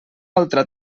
altra